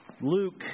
Luke